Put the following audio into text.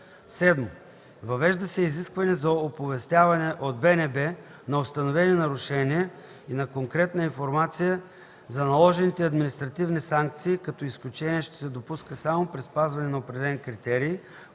7. Въвежда се изискване за оповестяване от БНБ на установени нарушения и на конкретна информация за наложените административни санкции, като изключение ще се допуска само при спазване на определени критерии,